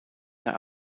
mehr